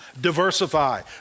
Diversify